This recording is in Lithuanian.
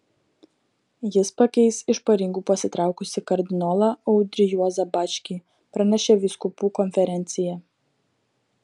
jis pakeis iš pareigų pasitraukusį kardinolą audrį juozą bačkį pranešė vyskupų konferencija